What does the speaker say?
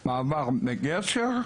בעבר בגשר.